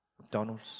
McDonald's